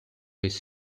his